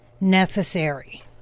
necessary